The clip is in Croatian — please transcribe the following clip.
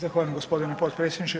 Zahvaljujem gospodine potpredsjedniče.